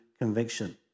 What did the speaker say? conviction